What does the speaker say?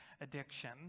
addiction